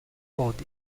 hold